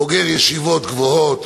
בוגר ישיבות גבוהות,